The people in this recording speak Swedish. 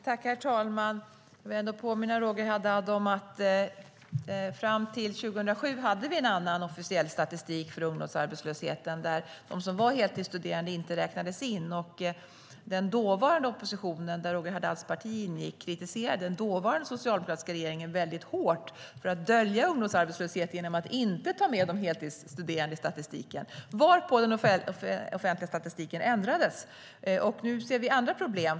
Herr talman! Jag vill påminna Roger Haddad om att vi fram till 2007 hade en annan officiell statistik för ungdomsarbetslösheten där de heltidsstuderande inte räknades in. Den dåvarande oppositionen, där Roger Haddads parti ingick, kritiserade den dåvarande socialdemokratiska regeringen hårt för att dölja ungdomsarbetslöshet genom att inte ta med de heltidsstuderande i statistiken varpå den officiella statistiken ändrades. Nu ser vi andra problem.